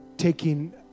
taking